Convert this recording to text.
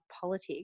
politics